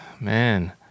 man